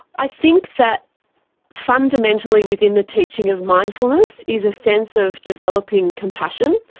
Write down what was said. i think that fundamentally within the teaching of mindfulness is a sense of developing compassion,